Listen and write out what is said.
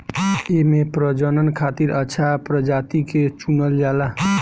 एमे प्रजनन खातिर अच्छा प्रजाति के चुनल जाला